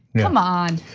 yeah um on.